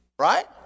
right